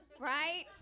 right